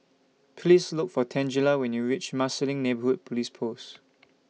Please Look For Tangela when YOU REACH Marsiling Neighbourhood Police Post